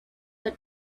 that